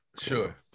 Sure